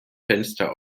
fenster